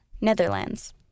Netherlands